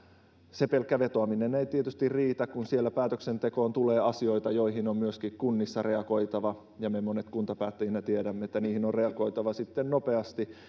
se pelkkä vetoaminen ei tietysti riitä kun siellä päätöksentekoon tulee asioita joihin on myöskin kunnissa reagoitava koska me monet kuntapäättäjinä tiedämme että niihin on reagoitava sitten nopeasti